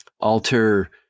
alter